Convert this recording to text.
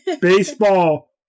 Baseball